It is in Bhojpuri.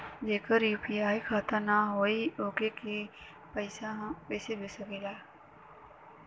जेकर यू.पी.आई खाता ना होई वोहू के हम पैसा भेज सकीला?